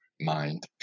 mind